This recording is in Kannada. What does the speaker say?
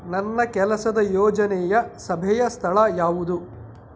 ನನ್ನ ಕೆಲಸದ ಯೋಜನೆಯ ಸಭೆಯ ಸ್ಥಳ ಯಾವುದು